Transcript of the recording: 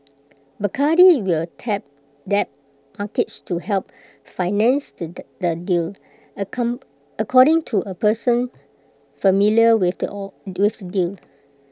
Bacardi will tap debt markets to help finance the the deal according to A person familiar with the all with the deal